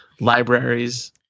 Libraries